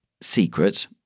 secret